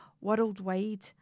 worldwide